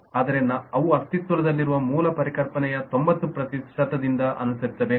ಆದರೆ ಅವು ಅಸ್ತಿತ್ವದಲ್ಲಿರುವ ಮೂಲ ಪರಿಕಲ್ಪನೆಯ 90 ಪ್ರತಿಶತದಿಂದ ಅನುಸರಿಸಬೇಕು